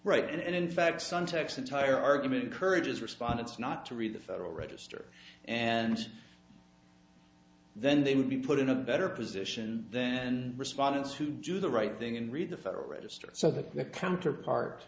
right and in fact some text entire argument encourages respondents not to read the federal register and then they would be put in a better position then respondents who do the right thing and read the federal register so that the counterpart